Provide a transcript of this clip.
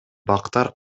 бактар